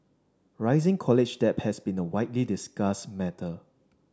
rising college debt has been a widely discussed matter